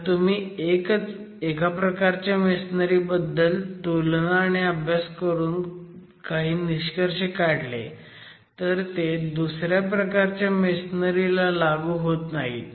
जर तुम्ही एका प्रकारच्या मेसनरी बद्दल तुलना आणि अभ्यास करून काही निष्कर्ष काढले तर ते दुसऱ्या प्रकारच्या मेसनरी ला लागू होत नाहीत